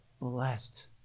blessed